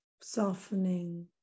softening